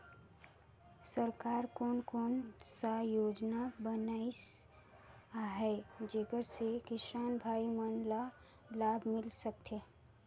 सरकार कोन कोन सा योजना बनिस आहाय जेकर से किसान भाई मन ला लाभ मिल सकथ हे?